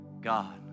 God